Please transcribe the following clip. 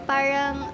Parang